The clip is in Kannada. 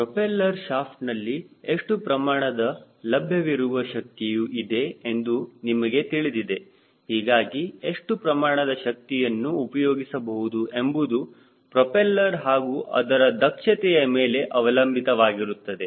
ಪ್ರೋಪೆಲ್ಲರ್ ಶಾಫ್ಟ್ ನಲ್ಲಿ ಎಷ್ಟು ಪ್ರಮಾಣದ ಲಭ್ಯವಿರುವ ಶಕ್ತಿಯು ಇದೆ ಎಂದು ನಿಮಗೆ ತಿಳಿದಿದೆ ಹೀಗಾಗಿ ಎಷ್ಟು ಪ್ರಮಾಣದ ಶಕ್ತಿಯನ್ನು ಉಪಯೋಗಿಸಬಹುದು ಎಂಬುದು ಪ್ರೋಪೆಲ್ಲರ್ ಹಾಗೂ ಅದರ ದಕ್ಷತೆಯ ಮೇಲೆ ಅವಲಂಬಿತವಾಗಿರುತ್ತದೆ